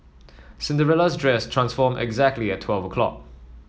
Cinderella's dress transformed exactly at twelve o'clock